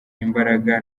imbaraga